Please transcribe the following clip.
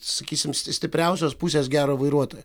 sakysim s stipriausios pusės gero vairuotojo